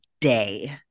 day